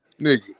Nigga